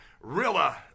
Rilla